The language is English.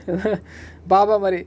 baa baa மாரி:mari